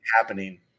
happening